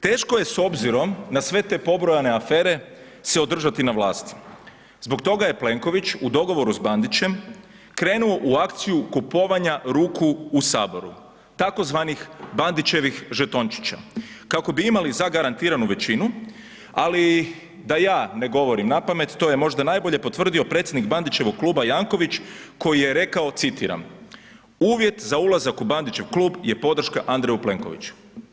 Teško je s obzirom na sve te pobrojane afere se održati na vlasti, zbog toga je Plenković u dogovoru s Bandićem krenuo u akciju kupovanja ruku u HS tzv. Bandićevih žetončića, kako bi imali zagarantiranu većinu, ali da ja ne govorim napamet, to je možda najbolje potvrdio predsjednik Bandićevog kluga Janković koji je rekao citiram „uvjet za ulazak u Bandićev klub je podrška Andreju Plenkoviću“